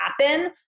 happen